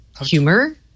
humor